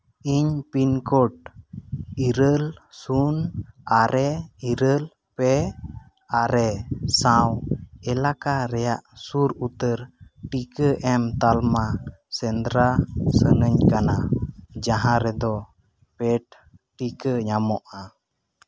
ᱤᱧ pin code ᱤᱨᱟᱹᱞ ᱥᱩᱱ ᱟᱨᱮ ᱤᱨᱟᱹᱞ ᱯᱮ ᱟᱨᱮ ᱥᱟᱶ ᱮᱞᱟᱠᱟ ᱨᱮᱭᱟᱜ ᱥᱩᱨ ᱩᱛᱟᱹᱨ ᱴᱤᱠᱟᱹ ᱮᱢ ᱛᱟᱞᱢᱟ ᱥᱮᱸᱫᱽᱨᱟᱧ ᱥᱟᱱᱟᱧ ᱠᱟᱱᱟ ᱡᱟᱦᱟᱸ ᱨᱮᱫᱚ ᱯᱮᱹᱰ ᱴᱤᱠᱟᱹ ᱧᱟᱢᱚᱜᱼᱟ